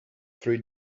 three